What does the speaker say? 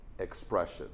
expression